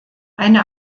eine